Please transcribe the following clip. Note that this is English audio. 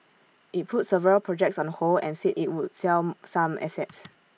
IT put several projects on hold and said IT would sell some assets